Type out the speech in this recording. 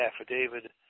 affidavit